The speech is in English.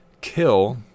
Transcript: kill